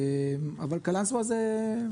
אבל קלנסווה זה...